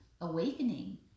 Awakening